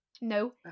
No